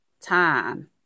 time